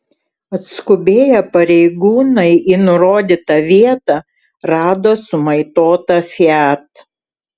atskubėję pareigūnai į nurodytą vietą rado sumaitotą fiat